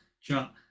chat